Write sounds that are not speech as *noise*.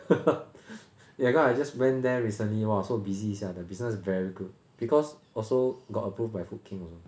*laughs* ya cause I just went there recently !wah! so busy sia the business very good because also got approved by food king also